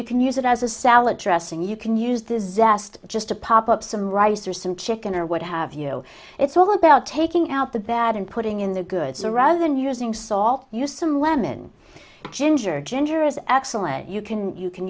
you can use it as a salad dressing you can use disaster just to pop up some rice or some chicken or what have you it's all about taking out the bad and putting in the goods or rather than using salt use some lemon ginger generous excellent you can you can